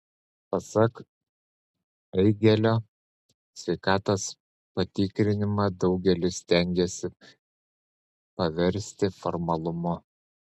pasak eigėlio sveikatos patikrinimą daugelis stengiasi paversti formalumu